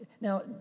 Now